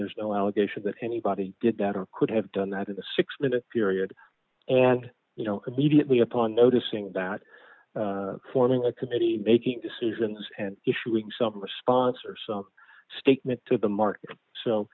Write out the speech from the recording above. there's no allegation that anybody could have done that in the six minute period and you know immediately upon noticing that forming a committee making decisions and issuing some response or some statement to the markets so